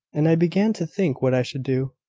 and i began to think what i should do.